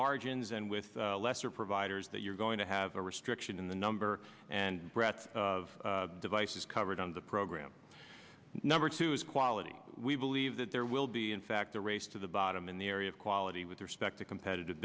margins and with lesser providers that you're going to have a restriction in the number and bret's of devices covered on the program number two is quality we believe that there will be in fact a race to the bottom in the area of quality with respect to competitive